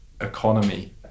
economy